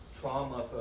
trauma